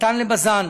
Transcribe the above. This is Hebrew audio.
נתן לבז"ן